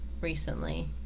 recently